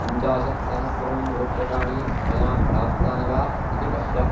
पञ्चाशत्सहस्रं रूप्यकाणि मया प्राप्तानि वा इति पश्य